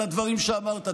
על הדברים שאמרת,